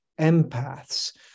empaths